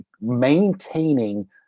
maintaining